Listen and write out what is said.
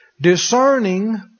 Discerning